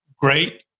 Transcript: Great